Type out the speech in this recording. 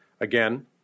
again